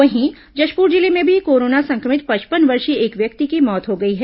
वहीं जशपुर जिले में भी कोरोना संक्रमित पचपन वर्षीय एक व्यक्ति की मौत हो गई है